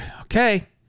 okay